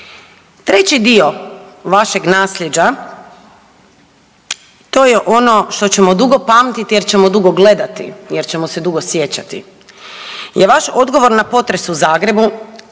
Treći dio vašeg naslijeđa to je ono što ćemo dugo pamtiti, jer ćemo dugo gledati, jer ćemo se dugo sjećati je vaš odgovor na potres u Zagrebu i